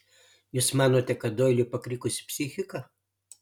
jūs manote kad doiliui pakrikusi psichika